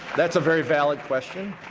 that's a very valid question.